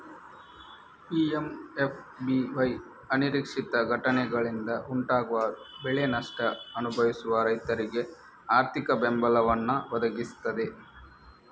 PMFBY ಅನಿರೀಕ್ಷಿತ ಘಟನೆಗಳಿಂದ ಉಂಟಾಗುವ ಬೆಳೆ ನಷ್ಟ ಅನುಭವಿಸುವ ರೈತರಿಗೆ ಆರ್ಥಿಕ ಬೆಂಬಲವನ್ನ ಒದಗಿಸ್ತದೆ